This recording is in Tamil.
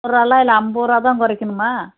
பத்து ரூவாலாம் இல்லை ஐம்பது ரூவாதான் குறைக்கணுமா